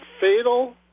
fatal